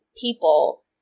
people